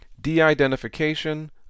De-identification